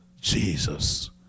Jesus